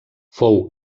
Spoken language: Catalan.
fou